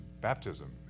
baptism